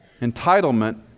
Entitlement